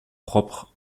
propres